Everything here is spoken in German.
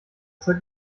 zeug